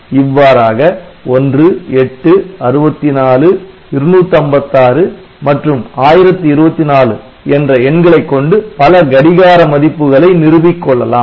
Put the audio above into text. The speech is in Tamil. இவ்வாறாக 1 8 64 256 மற்றும் 1024 என்ற எண்களைக் கொண்டு பல கடிகார மதிப்புகளை நிறுவிக்கொள்ளலாம்